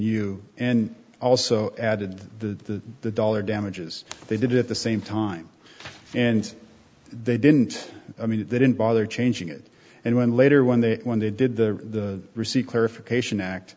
you and also added to the dollar damages they did at the same time and they didn't i mean they didn't bother changing it and when later when they when they did the receipt clarification act